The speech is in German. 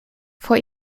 vor